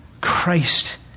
Christ